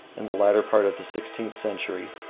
in the latter part of the sixteenth century,